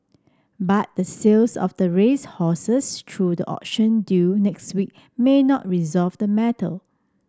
but the sales of the racehorses through the auction due next week may not resolve the matter